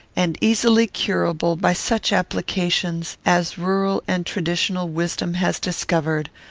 and easily curable by such applications as rural and traditional wisdom has discovered,